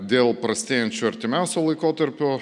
dėl prastėjančio artimiausio laikotarpio